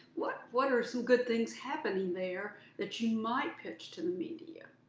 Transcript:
what what are some good things happening there that you might pitch to the media?